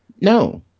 No